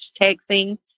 texting